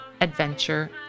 adventure